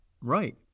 Right